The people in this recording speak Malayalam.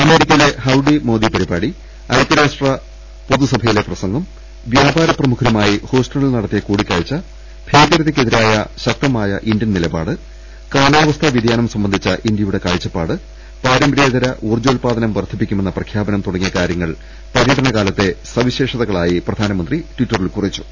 അമേരിക്കയിലെ ഹൌഡി മോദി പരിപാടി ഐകൃരാഷ്ട്ര സഭ പൊതുസ ഭയിലെ പ്രസംഗം വ്യാപാര പ്രമുഖരുമായി ഹൂസ്റ്റണിൽ നടത്തിയ കൂടിക്കാഴ്ച ഭീകരതക്കെതിരായ ശക്തമായ ഇന്ത്യൻ നിലപാട് കാലാവസ്ഥാ വ്യതിയാനം സംബ ന്ധിച്ചു ഇന്ത്യ യുടെ കാഴ്ചപ്പാട്ട് പാരമ്പര്യേതര ഊർജ്ജോത്പാദനം വർധിപ്പിക്കുമെന്ന് പ്രഖ്യാപനം തുട ങ്ങിയ കാര്യങ്ങൾ പര്യടന് കാലത്തെ സവിശേഷതക ളായി പ്രധാനമന്ത്രി ട്വിറ്ററിൽ കുറിച്ചു